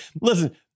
listen